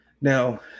Now